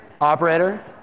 Operator